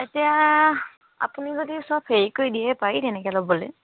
এতিয়া আপুনি যদি চব হেৰি কৰি দিয়ে পাৰি তেনেকে ল'বলে